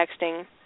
texting